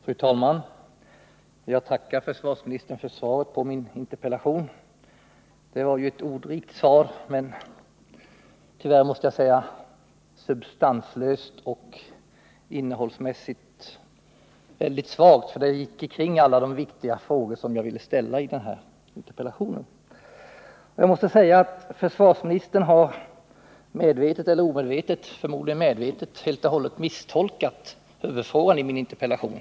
Fru talman! Jag tackar försvarsministern för svaret på min interpellation. Det var ett ordrikt svar men tyvärr substanslöst och innehållsmässigt väldigt svagt. Det kringgick nämligen alla de viktiga frågor jag ställde i interpella Försvarsministern har medvetet eller omedvetet — förmodligen medvetet — Fredagen den helt och hållet misstolkat huvudfrågan i min interpellation.